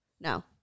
No